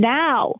now